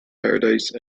paradise